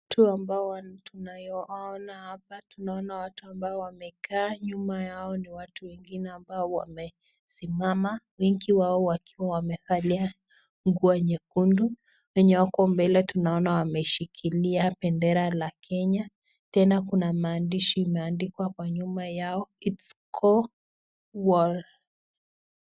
Watu ambao tunayowaona hapa, tunaona watu ambao wamekaa. Nyuma yao ni watu wengine ambao wamesimama. Wengi wao wakiwa wamevalia nguo nyekundu. Wenye wako mbele tunaona wameshikilia bendera la Kenya. Tena kuna maandishi imeandikwa kwa nyuma yao IT’S GO OR .